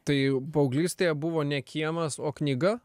tai paauglystėje buvo ne kiemas o knyga